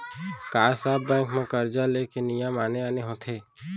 का सब बैंक म करजा ले के नियम आने आने होथे?